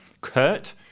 kurt